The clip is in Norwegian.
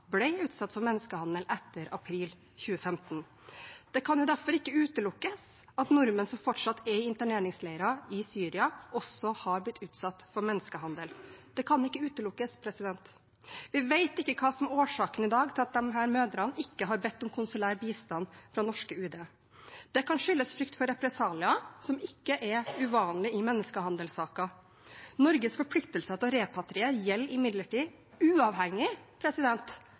utsatt for menneskehandel etter april 2015. Det kan derfor ikke utelukkes at nordmenn som fortsatt er i interneringsleirer i Syria, også har blitt utsatt for menneskehandel – det kan ikke utelukkes. Vi vet ikke hva som er årsaken i dag til at disse mødrene ikke har bedt om konsulær bistand fra norsk UD. Det kan skyldes frykt for represalier, som ikke er uvanlig i menneskehandelssaker. Norges forpliktelser til å repatriere gjelder imidlertid uavhengig